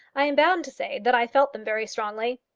i am bound to say that i felt them very strongly.